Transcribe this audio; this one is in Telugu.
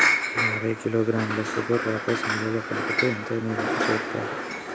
యాభై కిలోగ్రాముల సూపర్ ఫాస్ఫేట్ నేలలో కలిపితే ఎంత నేలకు చేరుతది?